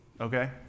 Okay